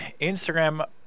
Instagram